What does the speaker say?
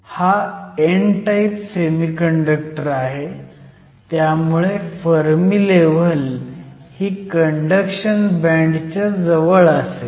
हा n type semiconductor आहे त्यामुळे फर्मी लेव्हल ही कंडक्शन बँड च्या जवळ असेल